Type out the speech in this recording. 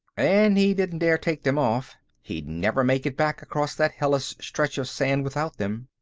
and he didn't dare take them off he'd never make it back across that hellish stretch of sand without them.